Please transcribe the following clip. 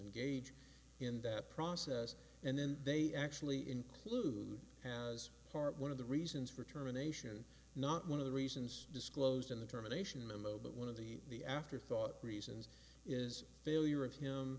engage in that process and then they actually include has part one of the reasons for terminations not one of the reasons disclosed in the terminations memo but one of the the afterthought reasons is failure of him